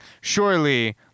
surely